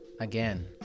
again